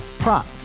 Prop